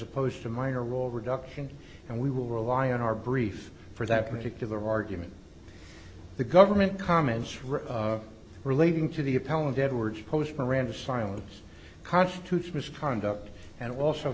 opposed to minor role reduction and we will rely on our brief for that particular argument the government comments really relating to the appellant edwards post miranda silence constitutes misconduct and also